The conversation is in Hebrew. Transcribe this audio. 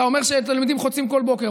אתה אומר שתלמידים חוצים כל בוקר,